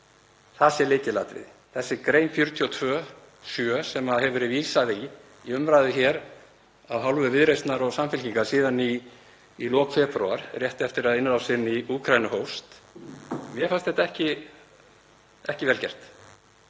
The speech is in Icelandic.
Það sé lykilatriði. Þessi grein, 42.7, sem hefur verið vísað í í umræðu hér af hálfu Viðreisnar og Samfylkingar síðan í lok febrúar, rétt eftir að innrásin í Úkraínu hófst — mér fannst þetta ekki vel gert.